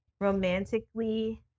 romantically